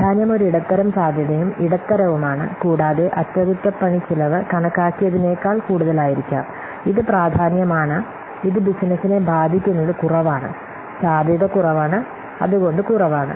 പ്രാധാന്യം ഒരു ഇടത്തരം സാധ്യതയും ഇടത്തരവും ആണ് കൂടാതെ അറ്റകുറ്റപ്പണി ചെലവ് കണക്കാക്കിയതിനേക്കാൾ കൂടുതലായിരിക്കാം ഇത് പ്രാധാന്യമാണ് ഇത് ബിസിനസിനെ ബാധിക്കുന്നത് കുറവാണ് സാധ്യത കുറവാണ് അത് കുറവാണ്